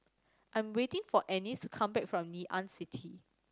I am waiting for Ennis to come back from Ngee Ann City